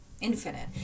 infinite